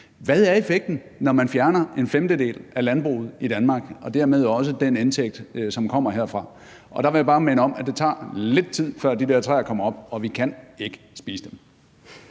Hvad er effekten, når man fjerner en femtedel af landbruget i Danmark og dermed også den indtægt, som kommer herfra? Og der vil jeg bare minde om, at det tager lidt tid, før de der træer kommer op, og vi kan ikke spise dem.